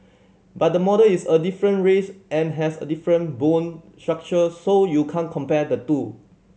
but the model is a different race and has a different bone structure so you can't compare the two